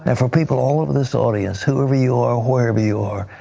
and for people all over this audience, whoever you are or wherever you are,